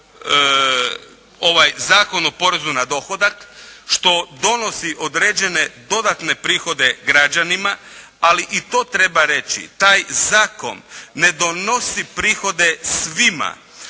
Ovaj Zakon o porezu na dohodak što donosi određene dodatne prihode građanima, ali i to treba reći, taj zakon ne donosi prihode svima,